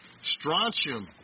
Strontium